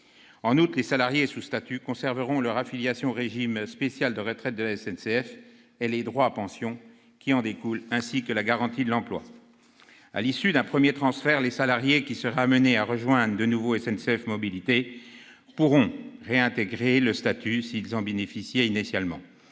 en outre, les salariés sous statut garderont leur affiliation au régime spécial de retraite de la SNCF et les droits à pension qui en découlent, ainsi que la garantie de l'emploi. À l'issue d'un premier transfert, les salariés qui seraient amenés à rejoindre de nouveau SNCF Mobilités pourront réintégrer le statut s'ils en bénéficiaient initialement.